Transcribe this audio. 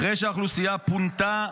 אחרי שהאוכלוסייה פונתה,